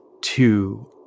two